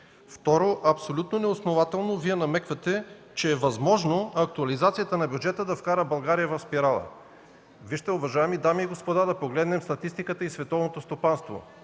Второ, Вие абсолютно неоснователно намеквате, че е възможно актуализацията на бюджета да вкара България в спирала. (Шум и реплики от ГЕРБ.) Вижте, уважаеми дами и господа, да погледнем статистиката и световното стопанство.